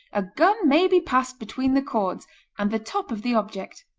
a gun may be passed between the cords and the top of the object.